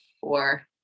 four